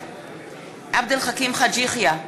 בעד עבד אל חכים חאג' יחיא,